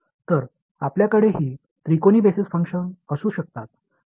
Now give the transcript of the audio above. तर आपल्याकडे ही त्रिकोणी बेसिस फंक्शन असू शकतात